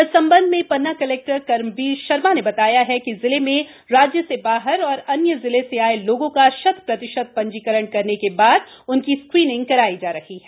इस संबंध में प्रन्ना कलेक्टर कर्मवीर शर्मा ने बताया है कि जिले में राज्य से बाहर एवं अन्य जिले से आए लोगों का शत प्रतिशत जीकरण करने के बाद उनकी स्क्रीनिंग कराई जा रही है